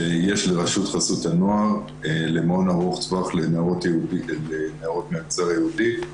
שיש ברשות חסות הנוער לנערות מהמגזר היהודי.